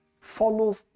follow